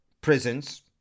prisons